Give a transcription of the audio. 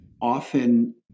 often